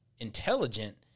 intelligent